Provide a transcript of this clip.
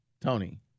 Tony